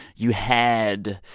you had,